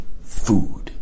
food